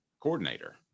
coordinator